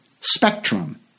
spectrum